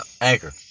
Anchor